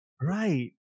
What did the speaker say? Right